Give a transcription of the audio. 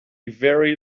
very